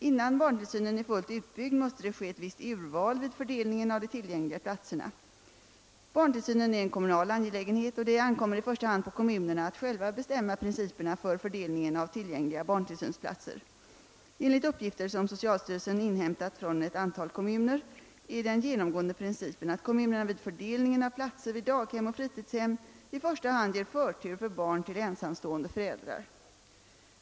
Innan barntillsynen är fullt utbyggd måste det ske ett visst urval vid fördelningen av de tillgängliga platserna. Barntillsynen är en kommunal angelägenhet och det ankommer i första hand på kommunerna att själva bestämma principerna för fördelningen av tillgängliga barntillsynsplatser. Enligt uppgifter som socialstyrelsen inhämtat från ett antal kommuner är den genomgående principen att kommunerna vid fördelningen av platser vid daghem och fritidshem i första hand ger förtur för barn till ensamstående föräldrar.